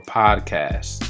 podcast